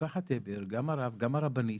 משפחת הבר גם הרב וגם הרבנית